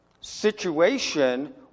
situation